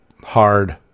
hard